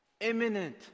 imminent